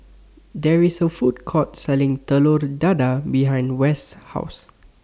There IS A Food Court Selling Telur Dadah behind West's House